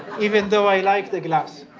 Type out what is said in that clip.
even though i like the glass